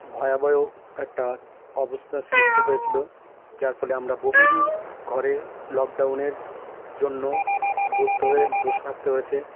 ভয়াবহ একটা অবস্থার সৃষ্টি হয়েছিলো যার ফলে আমরা বহুদিন ঘরে লকডাউনের জন্য বসতে হয়ে বসে থাকতে হয়েছে